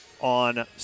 on